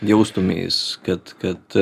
jaustumeis kad kad